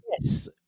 Yes